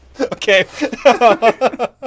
Okay